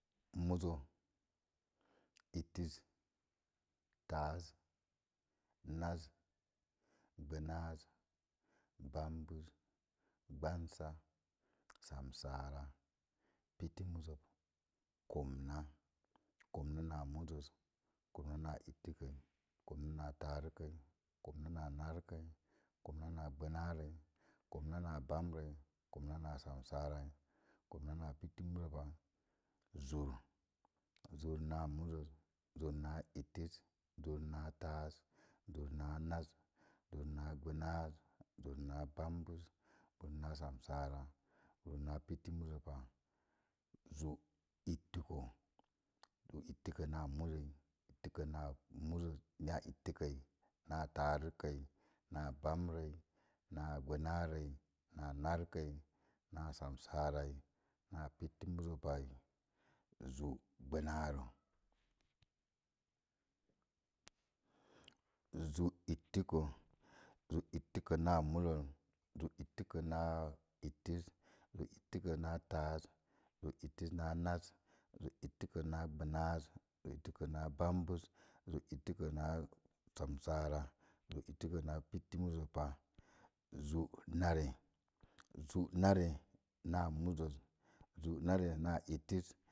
Muzo, ittəz, táaz, nazz, gbanaz, ɓámbuz, gbansa, samsara, piti muzo, kómna, komna ná muzog, komna ná ittəz, komna ná t taáz, komna ná naakəi, komna ná gbanaarei, komna ná bambuzo, komna ná samsaran, komna ná pitim, muzo, zur, zur na muzok, zur na ittəz, zur na taaz, zur na náz, zur na gbanaz, zur na bambuz, zur na samsara, zur na piti muzopa, zur ittiko, zur ittiko, na muzo, zur ittiko na muzo na ittiko na taaz na bambu ru, naa gbanaroi, na narkoi, na samsarai, na pitimuzo pai, zu gbanarə zu ittiko, zu itiko na ittəz, zu ittiko na taaz, zu ittiko na náz, zu ittiko na gbanaz, zu ittiko na bambuz, zu ittiko na samsaara, zu ittiko na piti muzo pa, zu nare, zu náre, na muzo, zu nare na ittitəz